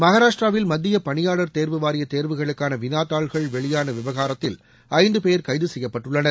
மகாராஷ்டிராவில் மத்திய பணியாளர் தேர்வு வாரிய தேர்வுகளுக்கான வினாத்தாள்கள் வெளியான விவகாரத்தில் ஐந்து பேர் கைது செய்யப்பட்டுள்ளனர்